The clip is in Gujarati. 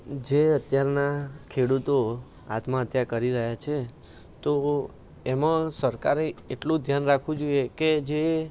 જે અત્યારનાં ખેડૂતો આત્મહત્યા કરી રહ્યા છે એમાં સરકારે એટલું ધ્યાન રાખવું જોઈએ કે જે